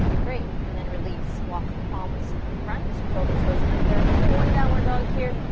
great, and then release. walk the palms in front. curl the toes under. only one downward dog here.